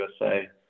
USA